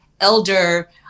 elder